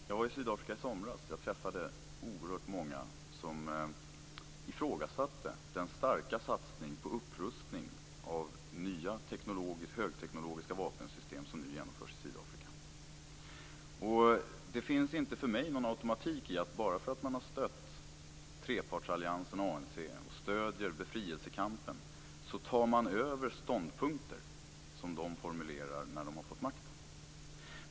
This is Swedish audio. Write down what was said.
Fru talman! Jag var i Sydafrika i somras, och jag träffade oerhört många som ifrågasatte den starka satsning på upprustning av nya högteknologiska vapensystem som nu genomförs i Sydafrika. Det finns inte för mig någon automatik i att bara därför att man har stött trepartsalliansen ANC och stöder befrielsekampen tar man över ståndpunkter som de formulerar när de har fått makten.